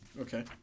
Okay